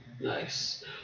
Nice